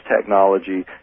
technology